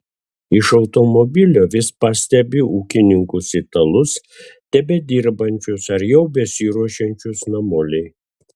iš automobilio vis pastebi ūkininkus italus tebedirbančius ar jau besiruošiančius namolei